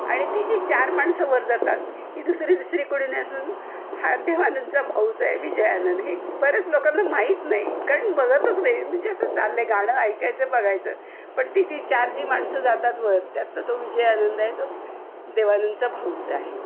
आणि ती जी चार माणसं वर जातात ही दुसरी तिसरी कोणी नसून हा देवानंदचा भाऊच आहे विजय आनंद हे बऱ्याच लोकांना माहीत नाही कारण बघतच नाही म्हणजे असं चाललं आहे गाणं ऐकायचं बघायचं पण ती ती चार जी माणसं जातात वर त्यातला तो विजय आनंद आहे तो देवानंदचा भाऊच आहे